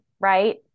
right